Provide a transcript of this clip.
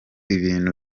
ibintu